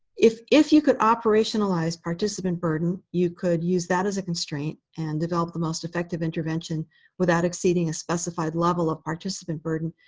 if if you could operationalize participant burden, you could use that as a constraint, and develop the most effective intervention without exceeding a specified level of participant burden.